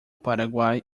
paraguai